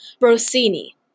Rossini